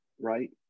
right